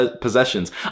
possessions